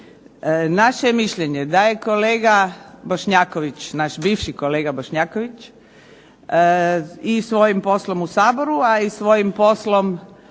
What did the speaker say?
je mišljenje da je kolega Bošnjaković, naš bivši kolega Bošnjaković i svojim poslom u Saboru a i svojim poslom